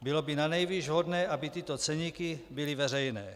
Bylo by nanejvýš vhodné, aby tyto ceníky byly veřejné.